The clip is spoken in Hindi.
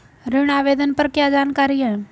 ऋण आवेदन पर क्या जानकारी है?